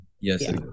Yes